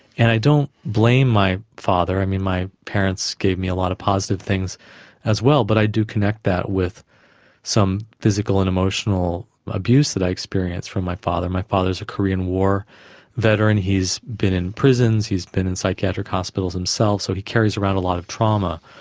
and i don't blame my father. i mean, my parents gave me a lot of positive things as well, but i do connect that with some physical and emotional abuse that i experienced from my father. my father is a korean war veteran, he has been in prisons, he has been in psychiatric hospitals himself, so he carries around a lot of trauma.